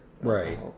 right